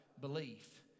belief